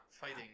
fighting